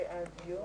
רם,